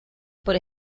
por